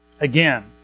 Again